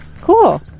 Cool